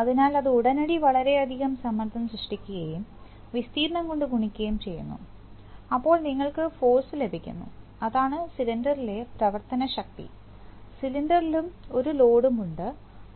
അതിനാൽ അത് ഉടനടി വളരെയധികം സമ്മർദ്ദം സൃഷ്ടിക്കുകയും വിസ്തീർണ്ണം കൊണ്ട് ഗുണിക്കുകയും ചെയ്യുന്നു അപ്പോൾ നിങ്ങൾക്ക് ഫോഴ്സ് ലഭിക്കുന്നു അതാണ് സിലിണ്ടറിലെ പ്രവർത്തനശക്തി സിലിണ്ടറിലും ഒരു ലോഡും ഉണ്ട്